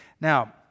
Now